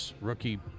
rookie